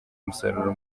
umusaruro